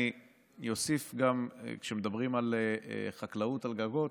אני אוסיף, כשמדברים על חקלאות על גגות,